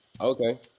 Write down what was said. Okay